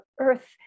earth